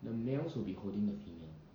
the males will be holding the female